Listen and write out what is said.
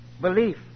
Belief